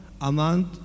amount